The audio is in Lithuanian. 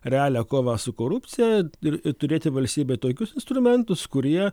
realią kovą su korupcija ir turėti valstybei tokius instrumentus kurie